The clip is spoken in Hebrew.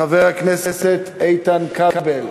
חבר הכנסת איתן כבל.